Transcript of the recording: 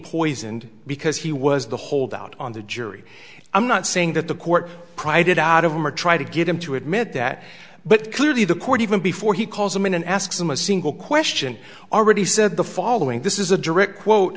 poisoned because he was the holdout on the jury i'm not saying that the court cried it out of him or try to get him to admit that but clearly the court even before he calls him in and asks him a single question already said the following this is a direct quote